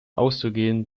auszugehen